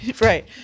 Right